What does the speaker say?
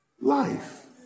life